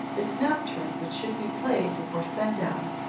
this nocturne which should be played before sundown,